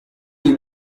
they